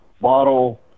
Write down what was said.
bottle